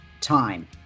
time